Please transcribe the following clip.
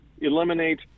eliminate